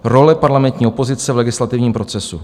Role parlamentní opozice v legislativním procesu.